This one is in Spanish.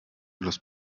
los